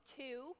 two